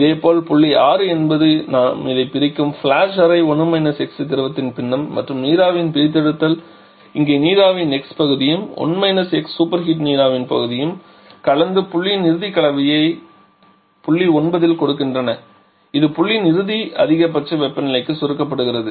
இதேபோல் புள்ளி 6 என்பது நாம் இதைப் பிரிக்கும் ஃபிளாஷ் அறை திரவத்தின் பின்னம் மற்றும் நீராவியின் பிரித்தெடுத்தல் இந்த நீராவியின் x பகுதியும் சூப்பர்ஹீட் நீராவியின் பகுதியும் கலந்து புள்ளியின் இறுதி கலவையை புள்ளி 9 இல் கொடுக்கின்றன இது புள்ளியின் இறுதி அதிகபட்ச வெப்பநிலைக்கு சுருக்கப்படுகிறது